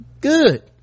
good